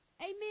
Amen